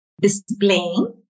displaying